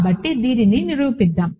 కాబట్టి దీనిని నిరూపిద్దాం